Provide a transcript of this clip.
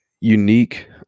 unique